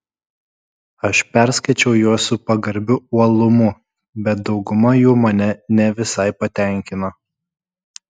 aš perskaičiau juos su pagarbiu uolumu bet dauguma jų mane ne visai patenkino